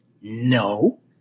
No